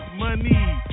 money